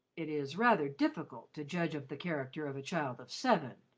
it is rather difficult to judge of the character of a child of seven,